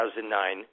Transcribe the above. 2009